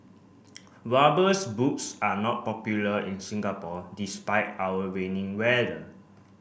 rubbers boots are not popular in Singapore despite our rainy weather